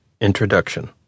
introduction